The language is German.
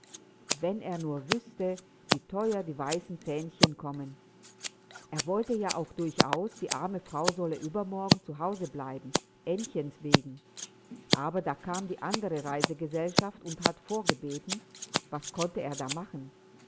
wenn er nur wüßte wie teuer die weißen fähnchen kommen er wollte ja auch durchaus die arme frau sollte übermorgen zu hause bleiben aennchens wegen aber da kam die andere reisegesellschaft und hat vorgebeten was konnte er da machen